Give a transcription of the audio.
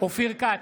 אופיר כץ,